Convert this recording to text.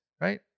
Right